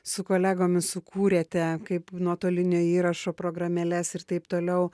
su kolegomis sukūrėte kaip nuotolinio įrašo programėles ir taip toliau